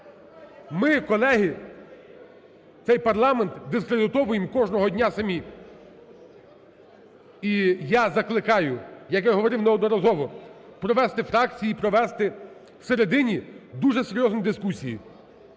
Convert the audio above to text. ми, колеги, цей парламент дискредитуємо кожного дня самі. І я закликаю, як я говорив, неодноразово провести фракції і провести всередині дуже серйозні дискусії